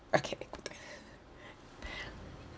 okay